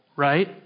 Right